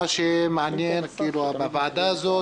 בוועדה הזאת